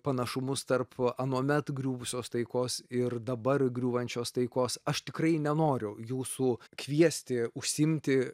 panašumus tarp anuomet griuvusios taikos ir dabar griūvančios taikos aš tikrai nenoriu jūsų kviesti užsiimti